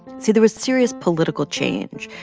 see. there was serious political change,